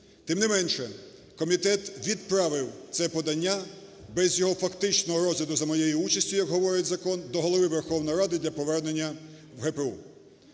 Тим не менше комітет відправив це подання без його фактичного розгляду за моєю участю, як говорить закон, до Голови Верховної Ради для повернення в ГПУ.